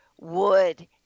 wood